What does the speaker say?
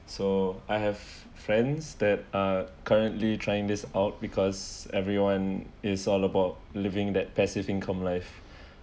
so I have friends that are uh currently trying this out because everyone is all about living that passive income life